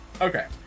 okay